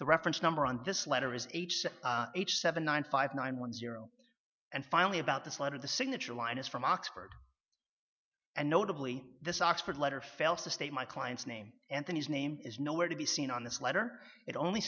the reference number on this letter is h c h seven nine five nine one zero and finally about this letter the signature line is from oxford and notably this oxford letter fails to state my client's name and then his name is nowhere to be seen on this letter it only